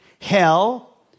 Hell